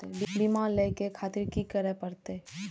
बीमा लेके खातिर की करें परतें?